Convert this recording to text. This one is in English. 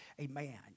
Amen